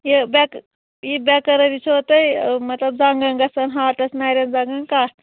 یہِ بیٚک یہِ بیٚکرٲری چھوٕ تۄہہِ مطلب زَنٛگَن گژھان ہاٹَس نَرٮ۪ن زنٛگَن کَتھ